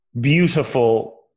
beautiful